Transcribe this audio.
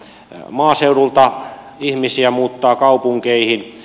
maaseudulta ihmisiä muuttaa kaupunkeihin